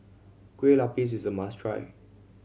Kueh Lapis is a must try